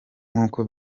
nkuko